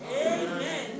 Amen